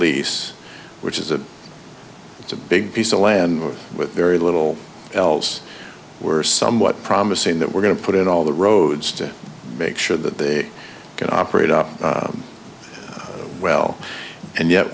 lease which is a it's a big piece of land with very little else were somewhat promising that we're going to put all the roads to make sure that they can operate up well and yet